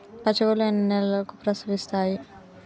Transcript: పశువులు ఎన్ని నెలలకు ప్రసవిస్తాయి?